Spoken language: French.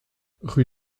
rue